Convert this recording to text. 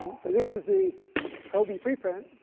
so this is the cobe pre-print.